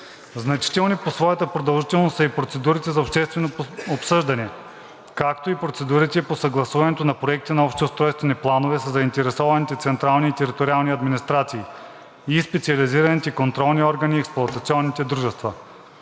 значителни по своята продължителност са и процедурите за обществено обсъждане, както и процедурите по съгласуването на проектите на общи устройствени планове със заинтересуваните централни и териториални администрации и специализираните контролни органи и експлоатационните дружества.